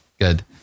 Good